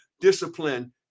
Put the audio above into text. discipline